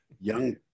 young